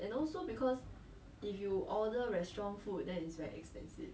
that reminds me my subscription is ending tomorrow